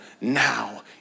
now